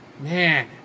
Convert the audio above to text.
man